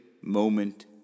moment